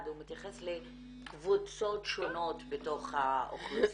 מתייחס לקבוצות שונות בתוך האוכלוסייה.